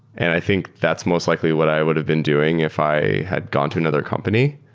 and i think that's most likely what i would have been doing if i had gone to another company.